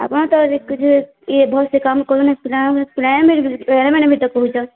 ଆପଣ ତ ରିପୀଡ଼ରେ ଇଏ ଭଲସେ କାମ କରୁନାହିଁ ଇଏ ପିଲାମାନେ ବି ପ୍ୟାରେଣ୍ଟ୍ ପ୍ୟାରେଣ୍ଟ୍ ମାନେ ବି ତ କହୁଛନ୍